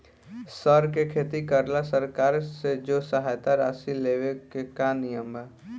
सर के खेती करेला सरकार से जो सहायता राशि लेवे के का नियम बा?